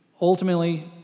Ultimately